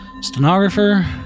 stenographer